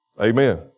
Amen